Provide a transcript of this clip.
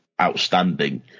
outstanding